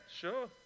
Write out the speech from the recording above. sure